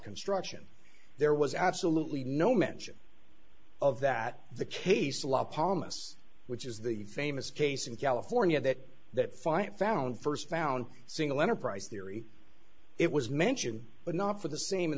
construction there was absolutely no mention of that the case a la palma us which is the famous case in california that that fight found first found single enterprise theory it was mentioned but not for the same in